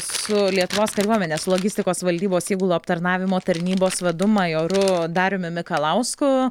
su lietuvos kariuomenės logistikos valdybos įgulų aptarnavimo tarnybos vadu majoru dariumi mikalausku